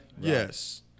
Yes